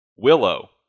Willow